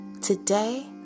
Today